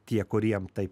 tie kuriem tai